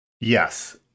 Yes